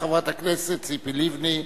חברת הכנסת ציפי לבני,